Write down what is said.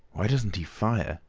why doesn't he fire?